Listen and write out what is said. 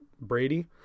Brady